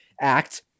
Act